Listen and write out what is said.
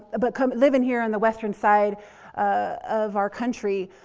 ah but kind of living here on the western side of our country,